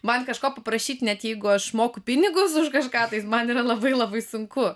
man kažko paprašyti net jeigu aš moku pinigus už kažką tai man yra labai labai sunku